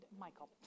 Michael